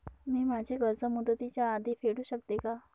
मी माझे कर्ज मुदतीच्या आधी फेडू शकते का?